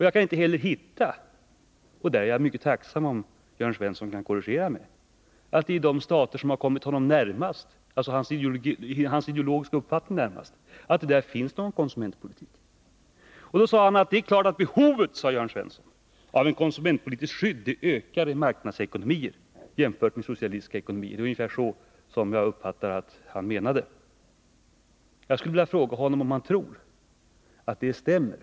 Jag kan inte heller finna att det i stater som kommit hans ideologiska uppfattning närmast finns någon sådan — och jag är mycket tacksam att få veta om Jörn Svensson kan korrigera mig på den punkten. Det är klart att behovet av ett konsumentpolitiskt skydd ökar i marknadsekonomier, jämfört med i socialistiska ekonomier, sade Jörn Svensson. Jag skulle vilja fråga honom, om han verkligen tror att det stämmer.